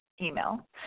email